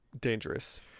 dangerous